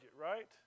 right